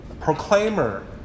proclaimer